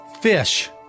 fish